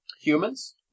Humans